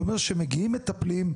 זה אומר שמגיעים מטפלים,